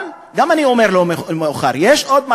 אבל גם אני אומר, לא מאוחר, יש עוד מחר.